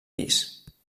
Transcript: pis